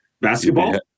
basketball